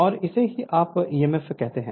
और इसे ही आप ईएमएफ कहते हैं